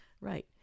Right